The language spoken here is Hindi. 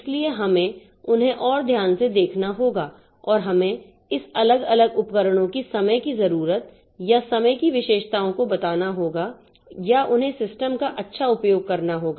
इसलिए हमें उन्हें और ध्यान से देखना होगा और हमें इस अलग अलग उपकरणों की समय की जरूरत या समय की विशेषताओं को बताना होगा या उन्हें सिस्टम का अच्छा उपयोग करना होगा